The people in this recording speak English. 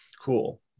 cool